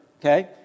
Okay